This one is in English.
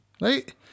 Right